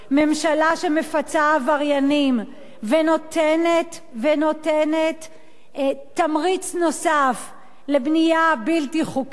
ממשלה שמפצה עבריינים ונותנת תמריץ נוסף לבנייה בלתי חוקית